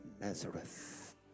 Nazareth